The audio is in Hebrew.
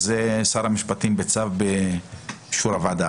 זה שר המשפטים בצו באישור הוועדה.